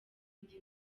ndi